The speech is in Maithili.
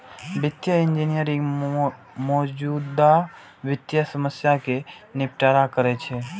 वित्तीय इंजीनियरिंग मौजूदा वित्तीय समस्या कें निपटारा करै छै